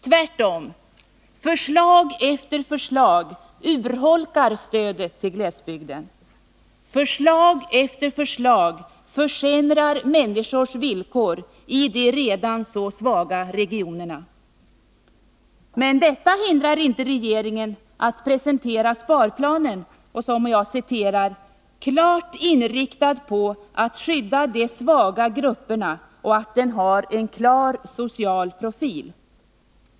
Tvärtom, förslag efter förslag urholkar stödet till glesbygden, förslag efter förslag försämrar människors villkor i de redan så svaga regionerna. Men detta hindrar inte regeringen att presentera sparplanen som ”klart inriktad på att skydda de svaga grupperna och att den har en klar social profil”.